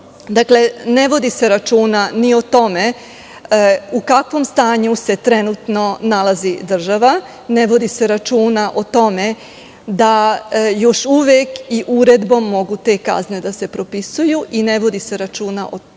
ne vodi se računa ni o tome u kakvom stanju se trenutno nalazi država, ne vodi se računa o tome da još uvek i uredbom mogu te kazne da se propisuju i ne vodi se računa o tome